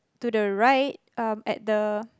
to the right um at the